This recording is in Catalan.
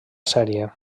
sèrie